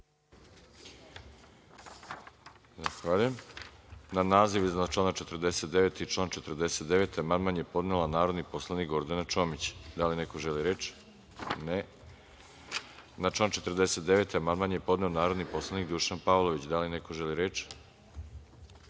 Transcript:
naziv iznad člana 49. i član 49. amandman je podnela narodni poslanik Gordana Čomić. Da li neko želi reč? Ne. Na član 49. amandman je podneo narodni poslanik Dušan Pavlović. Da li neko želi reč? Ne. Na